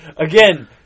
again